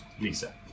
Lisa